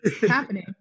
Happening